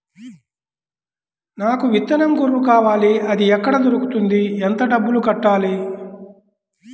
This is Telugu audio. నాకు విత్తనం గొర్రు కావాలి? అది ఎక్కడ దొరుకుతుంది? ఎంత డబ్బులు కట్టాలి?